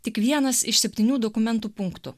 tik vienas iš septynių dokumentų punktų